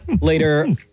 later